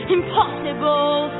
impossible